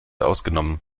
ausgenommen